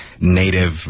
native